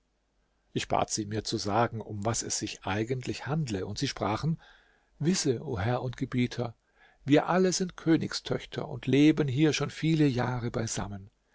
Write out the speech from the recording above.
ich bat sie mir zu sagen um was es sich eigentlich handle und sie sprachen wisse o herr und gebieter wir alle sind königstöchter und leben hier schon viele jahre beisammen